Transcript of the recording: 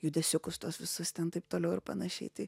judesiukus tuos visus ten taip toliau ir panašiai tai